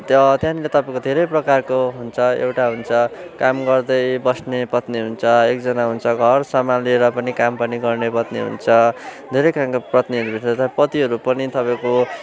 त्यहाँनिर तपाईँको धेरै प्रकारको हुन्छ एउटा हुन्छ काम गर्दै बस्ने पत्नी हुन्छ एकजना हुन्छ घर सम्हालेर पनि काम पनि गर्ने पत्नी हुन्छ धेरै काइन्ड अफ् पत्नीहरू हुन्छ पतिहरू पनि तपाईँको